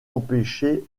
empêcher